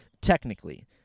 technically